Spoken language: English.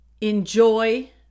enjoy